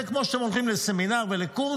זה כמו שאתם הולכים לסמינר ולקורס.